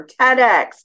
TEDx